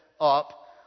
up